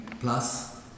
plus